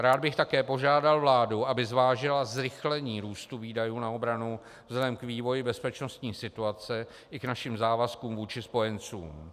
Rád bych také požádal vládu, aby zvážila zrychlení růstu výdajů na obranu vzhledem k vývoji bezpečností situace i k našim závazkům vůči spojencům.